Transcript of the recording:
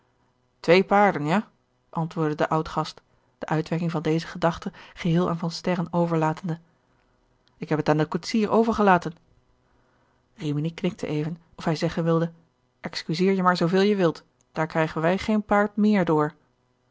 twee paarden ja antwoordde de oudgast de uitwerking van deze gedachte geheel aan van sterren overlatende ik heb het aan den koetsier overgelaten rimini knikte even of hij zeggen wilde excuseer je maar zoo veel je wilt daar krijgen wij geen paard meer door